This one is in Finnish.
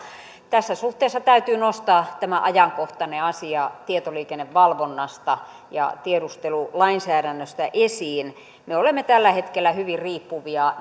tässä suhteessa täytyy nostaa tämä ajankohtainen asia tietoliikennevalvonnasta ja tiedustelulainsäädännöstä esiin me olemme tällä hetkellä hyvin riippuvaisia